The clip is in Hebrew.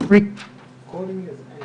הישיבה ננעלה